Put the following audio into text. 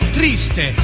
triste